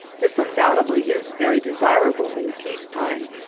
this undoubtedly is very desirable in peace time,